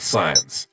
Science